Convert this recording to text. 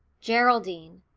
geraldine,